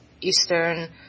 Eastern